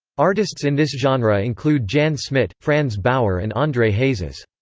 artists in this genre include jan smit, frans bauer and andre hazes.